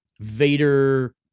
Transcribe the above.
Vader